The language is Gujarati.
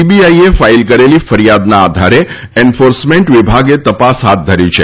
સીબીઆઈએ ફાઇલ કરેલી ફરિયાદના આધારે એન્ફોર્સમેન્ટ વિભાગે તપાસ હાથ ધરી છે